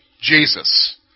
Jesus